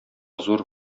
зур